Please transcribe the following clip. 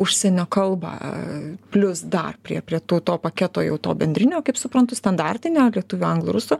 užsienio kalbą plius dar prie prie tų to paketo jau to bendrinio kaip suprantu standartinio lietuvių anglų rusų